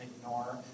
ignore